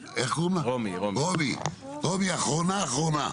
רומי, אחרונה אחרונה.